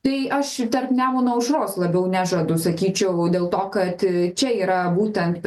tai aš tarp nemuno aušros labiau nežadu sakyčiau dėl to kad čia yra būtent